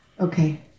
Okay